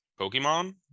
pokemon